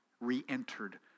re-entered